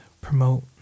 promote